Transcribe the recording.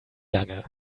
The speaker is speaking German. lange